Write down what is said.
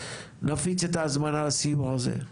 נפיץ את ההזמנה לסיור הזה.